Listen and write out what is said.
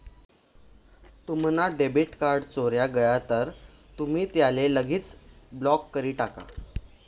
तुम्हना debit card चोराय गय तर तुमी त्याले लगेच ब्लॉक करी टाका